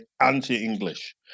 anti-English